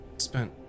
spent